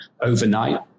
overnight